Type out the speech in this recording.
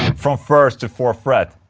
from first to fourth fret